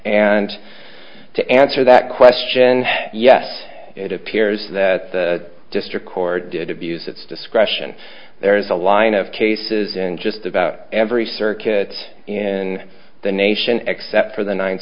and to answer that question yes it appears that the district court did abused its discretion there is a line of cases in just about every circuit in the nation except for the ninth